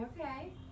okay